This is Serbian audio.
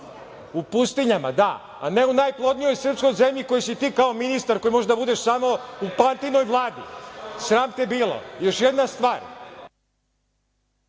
u pustinjama, a ne u najplodnijoj srpskoj zemlji koji si ti kao ministar, koji možeš da budeš samo u Pantinoj vladi. Sram te bilo. Još jedna stvar.